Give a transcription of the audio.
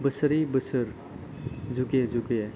बोसोरै बोसोर जुगे जुगे